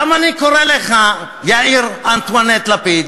למה אני קורא לך "יאיר אנטואנט לפיד"?